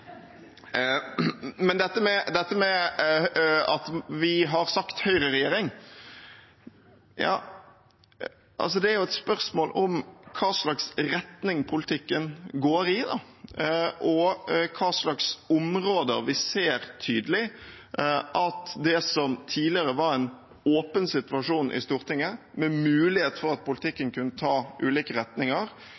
men alle vi andre! Men til dette med at vi har sagt «høyreregjering»: Det er jo et spørsmål om i hvilken retning politikken går, og på hvilke områder vi ser tydelig i det som tidligere var en åpen situasjon i Stortinget, med mulighet for at politikken